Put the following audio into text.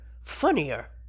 funnier